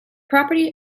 property